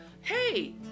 hey